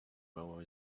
mower